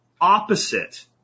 opposite